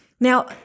Now